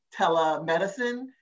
telemedicine